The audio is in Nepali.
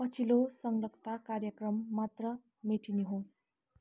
पछिल्लो संलग्नता कार्यक्रम मात्र मेट्नुहोस्